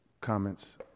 comments